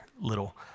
little